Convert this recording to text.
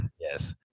yes